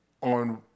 on